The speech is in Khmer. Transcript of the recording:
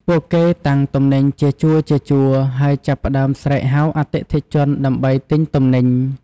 ពួកគេតាំងទំនិញជាជួរៗ ហើយចាប់ផ្តើមស្រែកហៅអតិថិជនដើម្បីទិញទំនិញ។